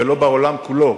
ולא בעולם כולו,